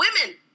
women